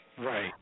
Right